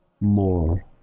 more